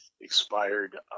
expired